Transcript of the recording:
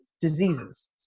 diseases